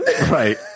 right